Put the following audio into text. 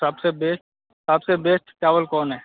सबसे बेस्ट सबसे बेस्ट चावल कौन है